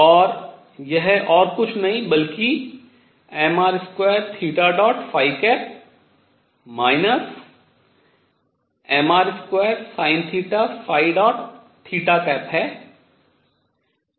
और यह कुछ और नहीं बल्कि mr2 mr2sinθ है